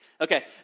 Okay